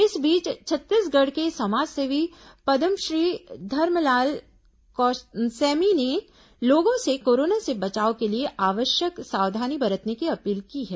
इस बीच छत्तीसगढ़ के समाजसेवी पद्मश्री धर्मपाल सैमी ने लोगों से कोरोना से बचाव के लिए आवश्यक सावधानी बरतने की अपील की है